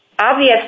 obvious